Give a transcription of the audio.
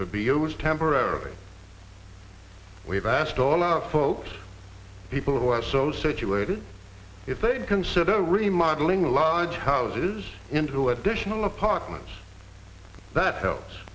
could be used temporarily we've asked all our folks people who are so situated if they'd consider remodelling large houses into additional apartments that helps